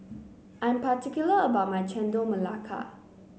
I am particular about my Chendol Melaka